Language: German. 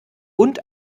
und